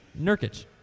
Nurkic